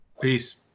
Peace